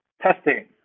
Testing